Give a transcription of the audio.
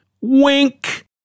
wink